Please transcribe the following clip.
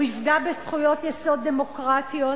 הוא יפגע בזכויות יסוד דמוקרטיות,